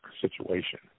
situation